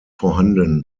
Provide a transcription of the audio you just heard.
vorhanden